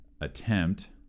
attempt